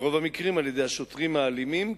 ברוב המקרים על-ידי השוטרים האלימים,